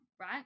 right